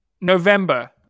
November